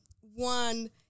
One